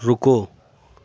رکو